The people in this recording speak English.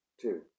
Two